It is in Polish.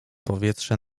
powietrze